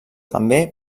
també